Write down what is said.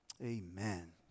amen